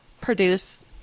produce